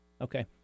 Okay